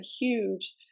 huge